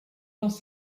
dans